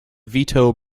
vito